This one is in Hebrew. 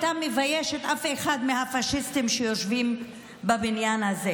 מביישים אף אחד מהפשיסטים שיושבים בבניין הזה.